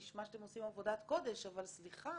נשמע שאתם עושים עבודת קודש אבל סליחה,